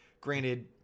Granted